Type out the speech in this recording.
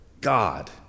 God